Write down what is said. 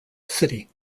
city